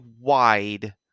wide